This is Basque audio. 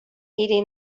hiri